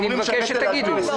אני מבקש שתגידו לי.